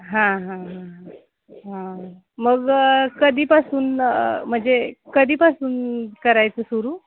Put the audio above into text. हां हां हां हां मग कधीपासून म्हणजे कधीपासून करायचं सुरू